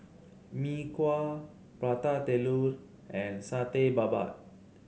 Mee Kuah Prata Telur and Satay Babat